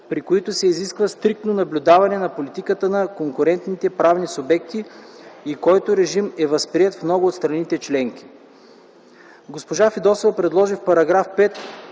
при който се изисква стриктно наблюдаване на политиката на конкурентните правни субекти и който режим е възприет в много от страните членки. Госпожа Фидосова предложи в § 5